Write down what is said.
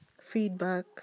feedback